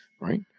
Right